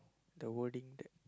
the wording there